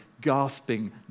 gasping